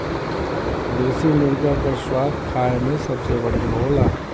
देसी मुरगा क स्वाद खाए में सबसे बढ़िया होला